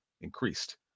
increased